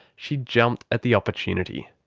she jumped at the opportunity.